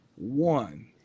One